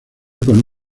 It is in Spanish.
con